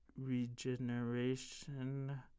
Regeneration